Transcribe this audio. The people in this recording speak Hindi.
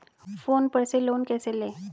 फोन पर से लोन कैसे लें?